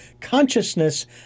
consciousness